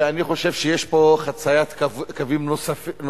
ואני חושב שיש פה חציית קווים נוספת